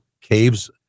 Caves